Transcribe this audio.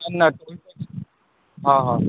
न हा हा